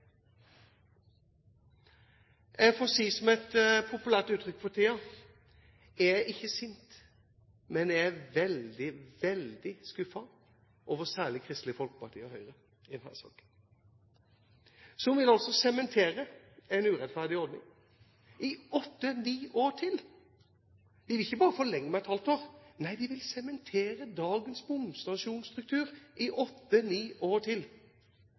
Jeg får si det samme som et populært uttrykk for tiden: Jeg er ikke sint, men jeg er veldig, veldig skuffet, særlig over Kristelig Folkeparti og Høyre i denne saken. De vil altså sementere en urettferdig ordning, i åtte–ni år til! De vil ikke bare forlenge med et halvt år, nei, de vil sementere dagens bomstasjonsstruktur i åtte-ni år til.